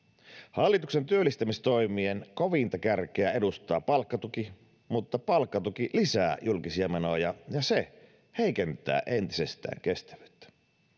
hallituksen työllistämistoimien kovinta kärkeä edustaa palkkatuki mutta palkkatuki lisää julkisia menoja ja se heikentää entisestään kestävyyttä